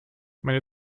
meine